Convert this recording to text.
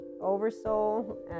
oversoul